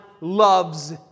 loves